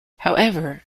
however